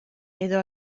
edo